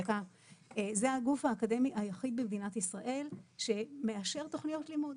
זה הגוף האקדמי היחיד במדינת ישראל שמאשר תוכניות לימוד.